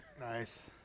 Nice